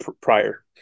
prior